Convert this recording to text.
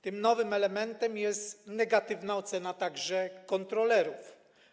Tym nowym elementem jest negatywna ocena także kontrolerów.